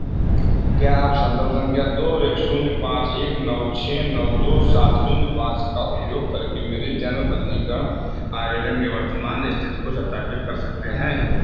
क्या आप संदर्भ संख्या दो एक शून्य पाँच एक नौ छः नौ दो सात शून्य पाँच का उपयोग करके मेरे जन्म पंजीकरण आवेदन की वर्तमान स्थिति को सत्यापित कर सकते हैं